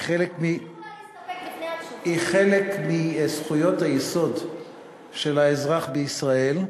היא חלק מזכויות היסוד של האזרח בישראל.